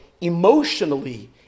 emotionally